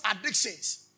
addictions